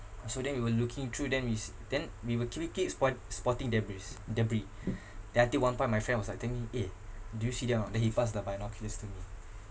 so then we were looking through then we s~ then we were keep it keep spotting debris debris then until one point my friend was like telling me eh do you see that [one] then he passed the binoculars to me